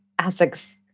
ASIC's